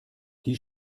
die